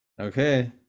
Okay